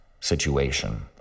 situation